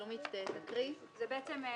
שלומית, תקריאי, בבקשה.